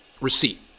receipt